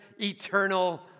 eternal